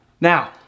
Now